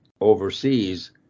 overseas